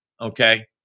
okay